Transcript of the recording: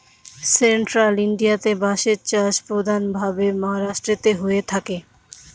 central ইন্ডিয়াতে বাঁশের চাষ প্রধান ভাবে মহারাষ্ট্রেতে হয়ে থাকে